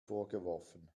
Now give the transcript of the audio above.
vorgeworfen